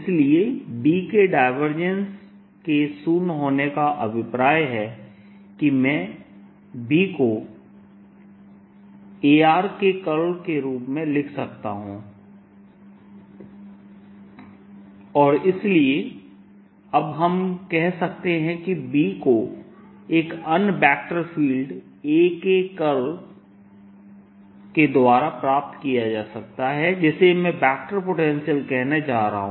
इसलिए B के divergence के शून्य होने का अभिप्राय है कि मैं B को Ar के कर्ल के रूप में लिख सकता हूं और इसलिए अब हम कह सकते हैं कि B को एक अन्य वेक्टर फील्ड A के कर्ल द्वारा प्राप्त किया जा सकता है जिसे मैं वेक्टर पोटेंशियल कहने जा रहा हूँ